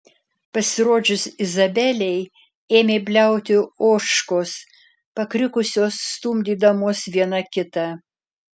pasirodžius izabelei ėmė bliauti ožkos pakrikusios stumdydamos viena kitą